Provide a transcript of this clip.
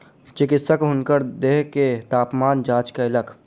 चिकित्सक हुनकर देह के तापमान जांच कयलक